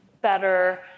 better